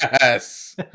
yes